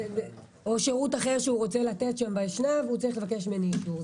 או שירות אחר שהוא רוצה לתת באשנב הוא צריך לבקש ממני אישור.